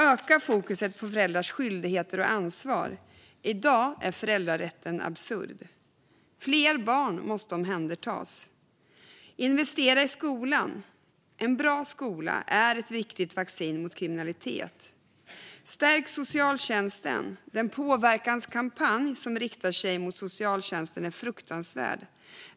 Öka fokuset på föräldrars skyldigheter och ansvar! I dag är föräldrarätten absurd. Fler barn måste omhändertas. Investera i skolan! En bra skola är ett viktigt vaccin mot kriminalitet. Stärk socialtjänsten! Den påverkanskampanj som riktar sig mot socialtjänsten är fruktansvärd.